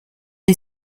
est